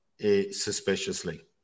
Suspiciously